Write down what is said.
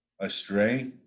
astray